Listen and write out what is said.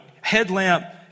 headlamp